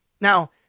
Now